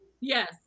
yes